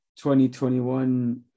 2021